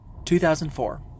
2004